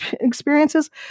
experiences